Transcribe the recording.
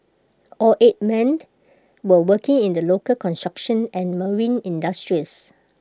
all eight men were working in the local construction and marine industries